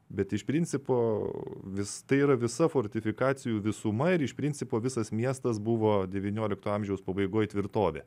bet iš principo vis tai yra visa fortifikacijų visuma ir iš principo visas miestas buvo devyniolikto amžiaus pabaigoj tvirtovė